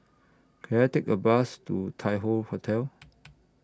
Can I Take A Bus to Tai Hoe Hotel